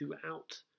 throughout